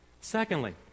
Secondly